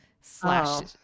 Slash